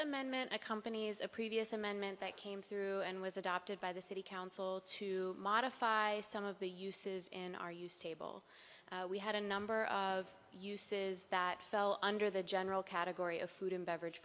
amendment accompanies a previous amendment that came through and was adopted by the city council to modify some of the uses in our use table we had a number of uses that fell under the general category of food and beverage